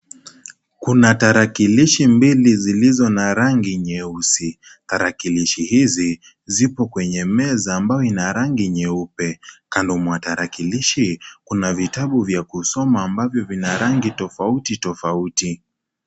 Kuna tarakilishi mbili zilizo na rangi nyeusi. Tarakilishi hizi zipo kwenye meza ambayo ina rangi nyeupe. Kando mwa tarakilishi Kuna vitabu vya kusoma ambavyo vina rangi tofauti tofauti .